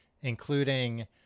including